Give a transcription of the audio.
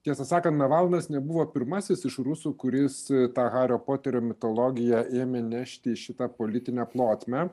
tiesą sakant navalnas nebuvo pirmasis iš rusų kuris tą hario poterio mitologiją ėmė nešti į šitą politinę plotmę